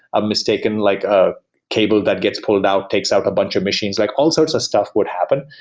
a mistake in like a cable that gets pulled out, takes out a bunch of machines. like all sorts of stuff would happen.